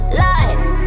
lies